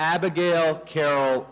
abigail carrol